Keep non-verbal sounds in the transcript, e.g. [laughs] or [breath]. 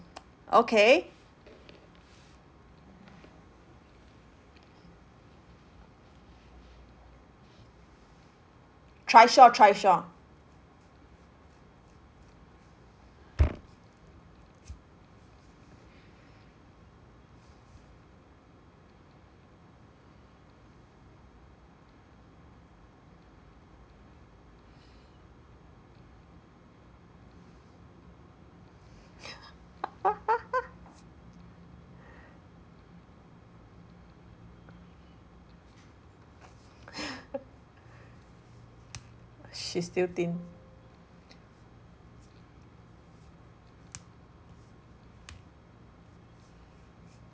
okay trishaw trishaw [laughs] [breath] she's still thin